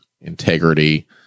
integrity